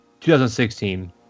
2016